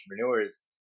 entrepreneurs